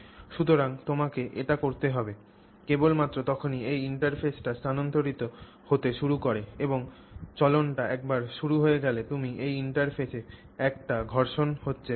সুতরাং তোমাকে এটি করতে হবে কেবলমাত্র তখনই এই ইন্টারফেসটি স্থানান্তরিত হতে শুরু করে এবং চলনটা একবার শুরু হয়ে গেলে তুমি এই ইন্টারফেসে একটা ঘর্ষণ হচ্ছে ভাবতে পার